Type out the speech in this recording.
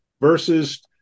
versus